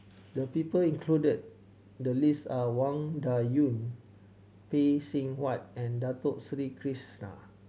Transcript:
the people included in the list are Wang Dayuan Phay Seng Whatt and Dato Sri Krishna